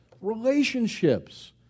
Relationships